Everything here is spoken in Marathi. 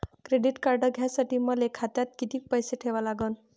क्रेडिट कार्ड घ्यासाठी मले खात्यात किती पैसे ठेवा लागन?